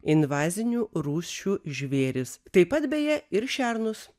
invazinių rūšių žvėris taip pat beje ir šernus